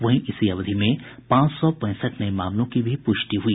वहीं इसी अवधि में पांच सौ पैंसठ नये मामलों की भी पुष्टि हुई